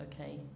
okay